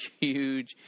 huge